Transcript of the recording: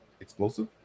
explosive